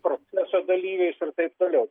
proceso dalyviais ir taip toliau